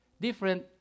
different